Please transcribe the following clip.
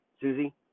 Susie